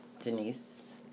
Denise